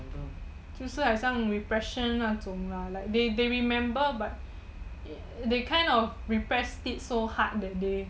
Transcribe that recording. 就是好像 repression 那种啦 like they they remember but they kind of repressed it so hard that they